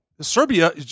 Serbia